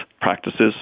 practices